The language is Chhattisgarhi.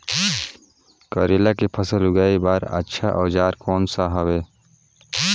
करेला के फसल उगाई बार अच्छा औजार कोन सा हवे?